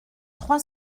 trois